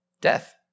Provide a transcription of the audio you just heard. Death